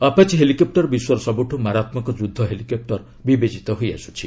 Apache helicopter ବିଶ୍ୱର ସବୁଠୁ ମାରାତ୍ମକ ଯୁଦ୍ଧ ହେଲିକପ୍ଟର ବିବେଚିତ ହୋଇଆସୁଛି